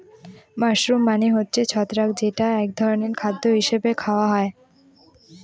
mushroom মানে হচ্ছে ছত্রাক যেটা এক ধরনের খাদ্য হিসাবে খাওয়া হয়